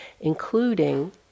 including